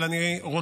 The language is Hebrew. אבל אני רוצה,